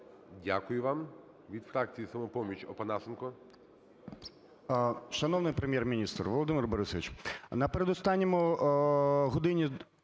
Дякую вам. Від фракції "Самопоміч" Опанасенко.